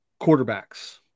Quarterbacks